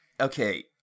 Okay